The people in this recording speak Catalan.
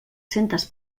centes